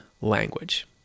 language